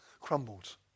crumbled